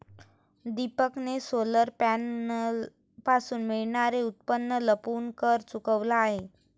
दीपकने सोलर पॅनलपासून मिळणारे उत्पन्न लपवून कर चुकवला आहे